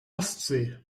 ostsee